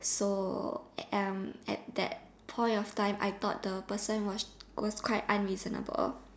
so and at that point of time I thought the person was going quite unreasonable